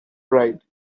pride